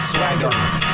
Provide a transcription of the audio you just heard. Swagger